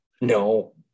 no